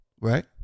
Right